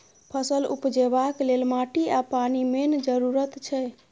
फसल उपजेबाक लेल माटि आ पानि मेन जरुरत छै